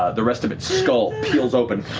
the rest of its skull peels open,